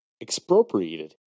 expropriated